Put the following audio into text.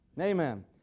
Amen